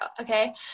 okay